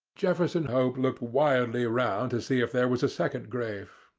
jefferson hope looked wildly round to see if there was a second grave,